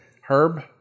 Herb